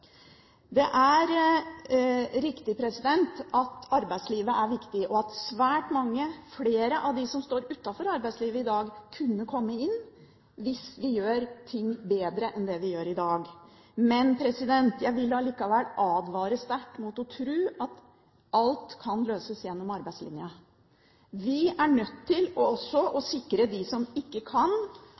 Det er riktig at arbeidslivet er viktig, og at svært mange flere av dem som står utenfor arbeidslivet i dag, kunne kommet inn hvis vi gjorde ting bedre enn vi gjør i dag. Men jeg vil allikevel advare sterkt mot å tro at alt kan løses gjennom arbeidslinjen. Vi er også nødt til å sikre dem som ikke kan